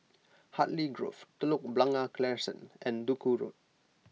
Hartley Grove Telok Blangah Crescent and Duku Road